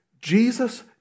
Jesus